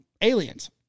aliens